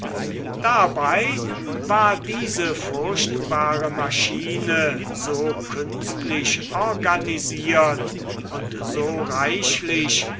dabei war diese furchtbare maschine so künstlich organisiert und so reichlich